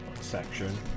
section